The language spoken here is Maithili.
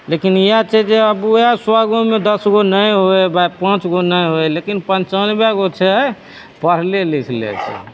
लेकिन इएह छै जे अब ओएह सौगोमे दशगो नहि होइ ई बात पाँचगो नहि होइ लेकिन पनचानबे गो छै पढ़ले लिखले छै